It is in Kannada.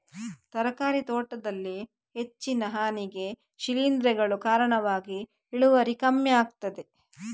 ತರಕಾರಿ ತೋಟದಲ್ಲಿ ಹೆಚ್ಚಿನ ಹಾನಿಗೆ ಶಿಲೀಂಧ್ರಗಳು ಕಾರಣವಾಗಿ ಇಳುವರಿ ಕಮ್ಮಿ ಆಗ್ತದೆ